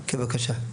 כן, בבקשה.